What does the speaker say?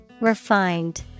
Refined